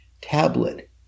tablet